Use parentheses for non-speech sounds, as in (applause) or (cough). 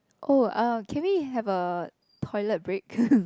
oh uh can we have a toilet break (laughs)